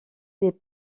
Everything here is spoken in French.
des